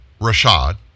Rashad